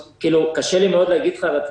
קשה לי מאוד להגיד לך.